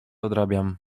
odrabiam